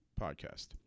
podcast